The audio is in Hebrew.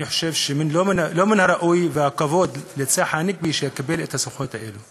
אני חושב שלא מן הראוי והכבוד לצחי הנגבי שיקבל את הסמכויות האלה.